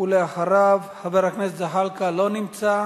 חבר הכנסת זחאלקה, לא נמצא,